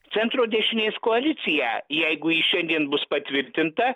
centro dešinės koaliciją jeigu ji šiandien bus patvirtinta